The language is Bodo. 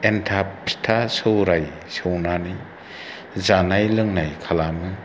एनथाब फिथा सौराय सौनानै जानाय लोंनाय खालामो